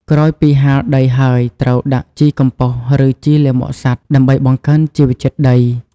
ក្រោយពីហាលដីហើយ ត្រូវដាក់ជីកំប៉ុស្ត ឬជីលាមកសត្វ ដើម្បីបង្កើនជីវជាតិដី។